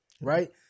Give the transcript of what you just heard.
right